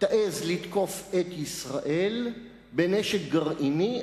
תעז לתקוף את ישראל בנשק גרעיני,